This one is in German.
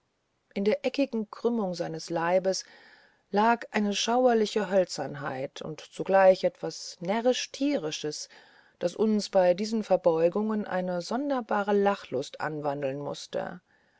in den eckigen krümmungen seines leibes lag eine schauerliche hölzernheit und zugleich etwas närrisch tierisches daß uns bei diesen verbeugungen eine sonderbare lachlust anwandeln mußte